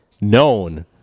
known